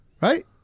Right